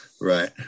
Right